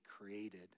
created